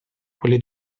quelle